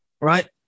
right